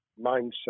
mindset